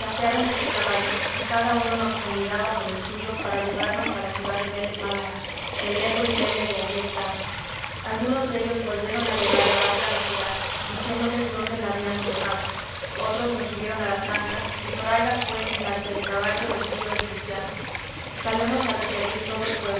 de sus caballos y cada uno nos convidaba con el suyo para llevarnos a la ciudad de vélez málaga que legua y media de allí estaba algunos dellos volvieron a llevar la barca a la ciudad diciéndoles dónde la habíamos dejado otros nos subieron a las ancas y zoraida fue en las del caballo del tío del cristiano saliónos a recebir todo el